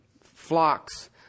Flocks